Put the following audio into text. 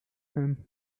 him